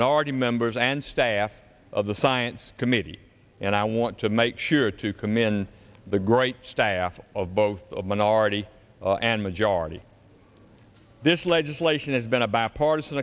minority members and staff of the science committee and i want to make sure to come in the great staff of both of minority and majority this legislation has been a bipartisan